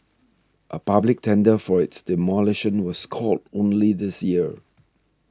a public tender for its demolition was called only this year